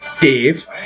Dave